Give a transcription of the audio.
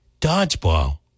dodgeball